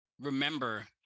remember